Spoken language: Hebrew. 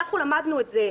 למדנו את זה,